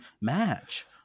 match